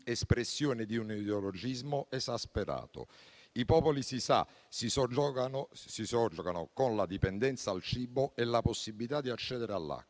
espressioni di un ideologismo esasperato. I popoli, si sa, si soggiogano con la dipendenza dal cibo e la possibilità di accedere all'acqua.